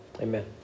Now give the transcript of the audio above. Amen